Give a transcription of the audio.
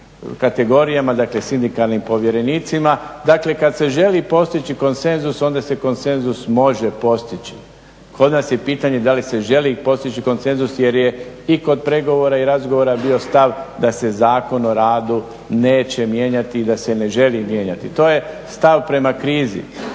kategorijama, dakle sindikalnim povjerenicima. Dakle, kada se želi postići konsenzus onda se konsenzus može postići. Kod nas je pitanje da li se želi postići konsenzus jer je i kod pregovora i razgovora bio stav da se Zakon o radu neće mijenjati i da se ne želi mijenjati. To je stav prema krizi